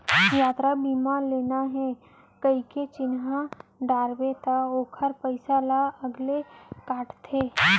यातरा बीमा लेना हे कइके चिन्हा डारबे त ओकर पइसा ल अलगे काटथे